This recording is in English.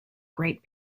great